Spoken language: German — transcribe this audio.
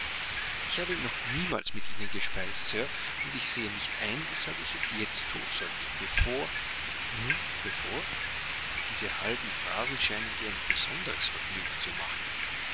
ich habe noch niemals mit ihnen gespeist sir und ich sehe nicht ein weshalb ich es jetzt thun sollte bevor nun bevor diese halben phrasen scheinen dir ein besonderes vergnügen zu machen